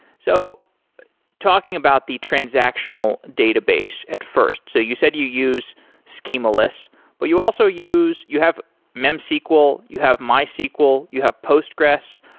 so talking about the transactional database at first, so you said you use so schemaless, but you also use you have memsql, you have mysql, you have postgressql.